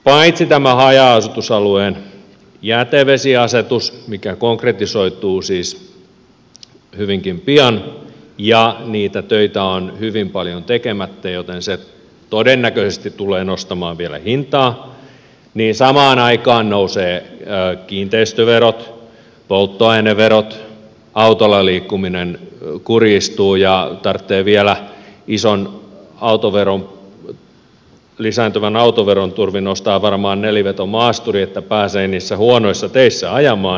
paitsi tämä haja asutusalueen jätevesiasetus mikä konkretisoituu siis hyvinkin pian ja niitä töitä on hyvin paljon tekemättä joten se todennäköisesti tulee nostamaan vielä hintaa niin samaan aikaan myös nousevat kiinteistöverot polttoaineverot autolla liikkuminen kurjistuu ja tarvitsee vielä lisääntyvän autoveron turvin ostaa varmaan nelivetomaasturi että pääsee niillä huonoilla teillä ajamaan